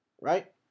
Right